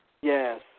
Yes